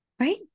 Right